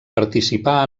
participà